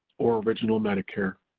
or original medicare.